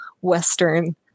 Western